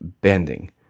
bending